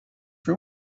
for